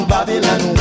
Babylon